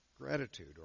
Gratitude